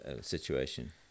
situation